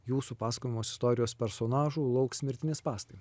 jūsų pasakojamos istorijos personažų lauks mirtini spąstai